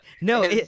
No